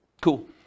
Cool